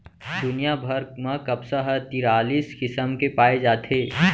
दुनिया भर म कपसा ह तिरालिस किसम के पाए जाथे